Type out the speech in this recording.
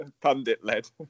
pundit-led